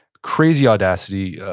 crazy audacity,